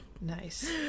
Nice